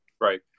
Right